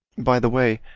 by the way,